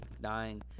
Dying